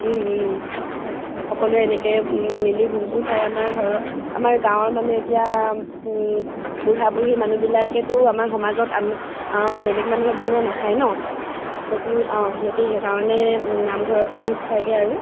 সকলোৱে এনেকৈ মিলি ভোজো খায় আমাৰ ঘৰৰ আমাৰ গাঁৱৰ মানে এতিয়া বুঢ়া বুঢ়ী মানুহবিলাকেতো আমাৰ সমাজত আম বেলেগ মানুহে বনোৱা নাখায় নহ্ সে অঁ সিহঁতে সেইকাৰণে নামঘৰতে ভোজ খায়গৈ আৰু